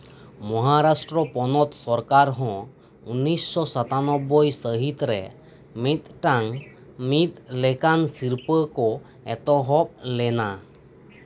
ᱢᱚᱦᱟᱨᱟᱥᱴᱚᱨᱚ ᱯᱚᱱᱚᱛ ᱥᱚᱨᱠᱟᱨ ᱦᱚᱸ ᱩᱱᱤᱥᱥᱚ ᱥᱟᱛᱟᱱᱱᱵᱳᱭ ᱥᱟᱹᱦᱤᱛ ᱨᱮ ᱢᱤᱫᱴᱟᱝ ᱢᱤᱫ ᱞᱮᱠᱟᱱ ᱥᱤᱨᱯᱟᱹ ᱠᱚ ᱮᱛᱚᱦᱚᱵ ᱞᱮᱱᱟ